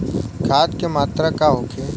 खाध के मात्रा का होखे?